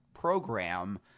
program